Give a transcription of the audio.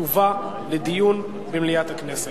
תובאנה לדיון במליאת הכנסת.